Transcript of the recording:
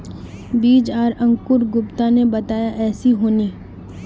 बीज आर अंकूर गुप्ता ने बताया ऐसी होनी?